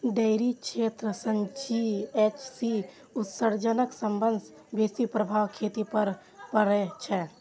dairy क्षेत्र सं जी.एच.सी उत्सर्जनक सबसं बेसी प्रभाव खेती पर पड़ै छै